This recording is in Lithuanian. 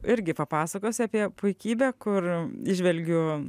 irgi papasakosiu apie puikybę kur įžvelgiu